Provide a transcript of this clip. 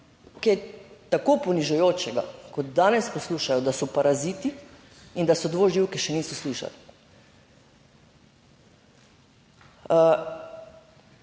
kaj tako ponižujočega kot danes poslušajo, da so paraziti in da so dvoživke, še niso slišali.